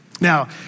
Now